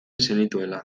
zenituela